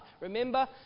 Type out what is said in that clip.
remember